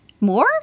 more